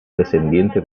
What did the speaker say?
descendiente